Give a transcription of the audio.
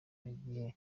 gihe